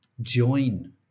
join